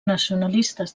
nacionalistes